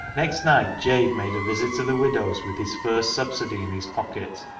next night jabe made a visit to the widow's with his first subsidy in his pocket,